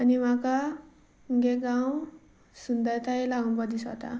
आनी म्हाका म्हजो गांव सुंदरतायेक लागून बरो दिसता